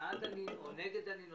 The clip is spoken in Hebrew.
בעד דנינו או נגד דנינו.